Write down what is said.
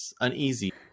uneasy